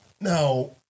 now